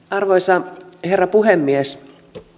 arvoisa herra puhemies